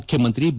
ಮುಖ್ಯಮಂತ್ರಿ ಬಿ